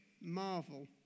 Marvel